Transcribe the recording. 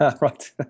right